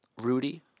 Rudy